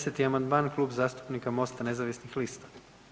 10. amandman Kluba zastupnika Mosta nezavisnih lista.